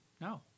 No